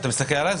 אתה מסתכל עליי?